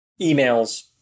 emails